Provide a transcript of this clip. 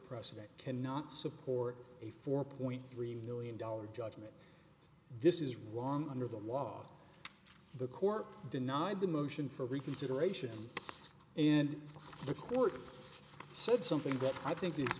president cannot support a four point three million dollars judgment this is wrong under the law the court denied the motion for reconsideration and the court said something that i think i